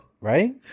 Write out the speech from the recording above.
right